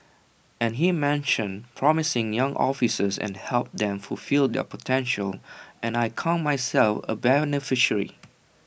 and he mention promising young officers and helped them fulfil their potential and I count myself A beneficiary